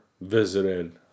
visited